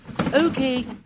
Okay